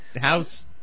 house